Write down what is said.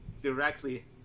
directly